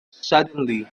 suddenly